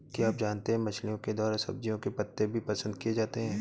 क्या आप जानते है मछलिओं के द्वारा सब्जियों के पत्ते भी पसंद किए जाते है